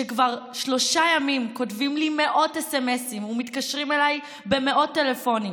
שכבר שלושה ימים כותבים לי מאות סמ"סים ומתקשרים אליי במאות טלפונים